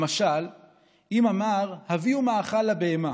למשל אם אמר: הביאו מאכל לבהמה,